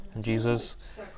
jesus